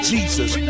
Jesus